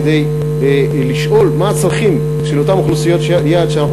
כדי לשאול מה הצרכים של אותן אוכלוסיות יעד שאנחנו